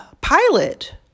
Pilot